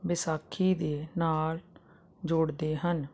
ਵਿਸਾਖੀ ਦੇ ਨਾਲ ਜੋੜਦੇ ਹਨ